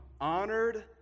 honored